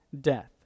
death